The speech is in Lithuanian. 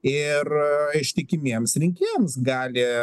ir ištikimiems rinkėjams gali